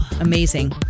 Amazing